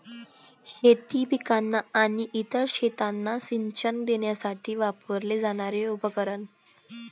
शेती पिकांना आणि इतर शेतांना सिंचन देण्यासाठी वापरले जाणारे उपकरण